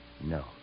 No